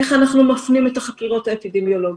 איך אנחנו מפנים את החקירות האפידמיולוגיות?